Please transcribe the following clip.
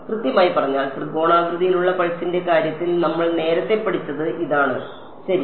കൃത്യമായി പറഞ്ഞാൽ ത്രികോണാകൃതിയിലുള്ള പൾസിന്റെ കാര്യത്തിൽ നമ്മൾ നേരത്തെ പഠിച്ചത് ഇതാണ് ശരി